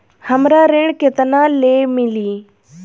हमरा ऋण केतना ले मिली?